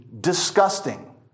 disgusting